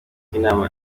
inama